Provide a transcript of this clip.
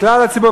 לכלל הציבור,